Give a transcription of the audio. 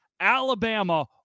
Alabama